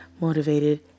motivated